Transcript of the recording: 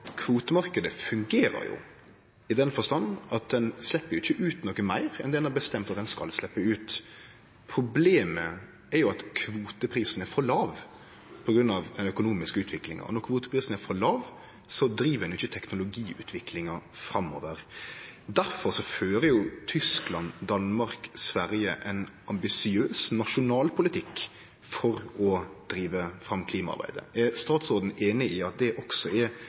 fungerer jo, i den forstand at ein slepp ikkje ut noko meir enn det ein har bestemt at ein skal sleppe ut. Problemet er at kvoteprisen er for låg på grunn av den økonomiske utviklinga, og når kvoteprisen er for låg, driv ein jo ikkje teknologiutviklinga framover. Derfor fører Tyskland, Danmark og Sverige ein ambisiøs nasjonal politikk for å drive fram klimaarbeidet. Er statsråden einig i at det også er